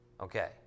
Okay